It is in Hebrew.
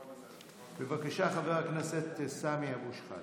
בבקשה, חבר הכנסת סמי אבו שחאדה.